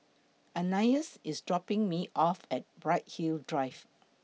Ananias IS dropping Me off At Bright Hill Drive